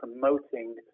promoting